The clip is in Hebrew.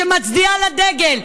שמצדיעה לדגל,